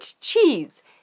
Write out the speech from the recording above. cheese